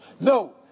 No